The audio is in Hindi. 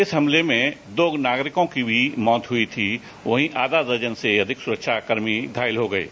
इस हमले में तो नागरिकों की भी मौत हुई थी वही आधा दर्जन से अधिक सुरक्षा कर्मी घायल हो गए थे